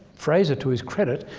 fraser, to his credit,